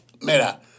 mira